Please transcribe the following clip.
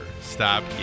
stop